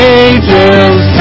angels